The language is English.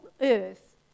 earth